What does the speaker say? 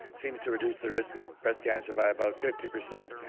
seems to reduce the risk of breast cancer by about fifty percent,